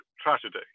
tragedy